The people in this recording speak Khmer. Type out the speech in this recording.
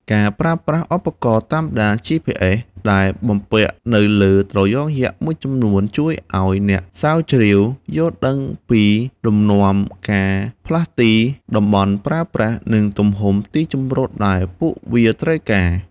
ការប្រើប្រាស់ឧបករណ៍តាមដាន GPS ដែលបំពាក់នៅលើត្រយងយក្សមួយចំនួន ជួយឲ្យអ្នកស្រាវជ្រាវយល់ដឹងពីលំនាំការផ្លាស់ទី តំបន់ប្រើប្រាស់ និងទំហំទីជម្រកដែលពួកវាត្រូវការ។